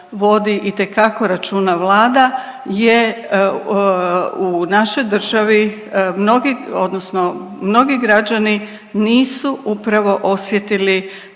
itekako računa Vlada je u našoj državi mnogi odnosno mnogi građani nisu upravo osjetili